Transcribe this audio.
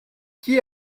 qui